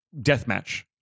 Deathmatch